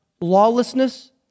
lawlessness